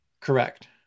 Correct